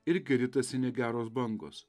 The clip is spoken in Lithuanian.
irgi ritasi negeros bangos